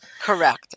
Correct